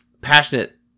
passionate